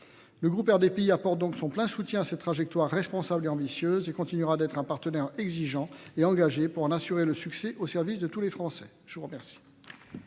Le groupe RDPI apporte donc son plein soutien à ces trajectoires responsables et ambitieuses et continuera d'être un partenaire exigeant et engagé pour en assurer le succès aux services de tous les Français. Je vous remercie.